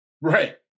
Right